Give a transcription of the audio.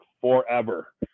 forever